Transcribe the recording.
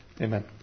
Amen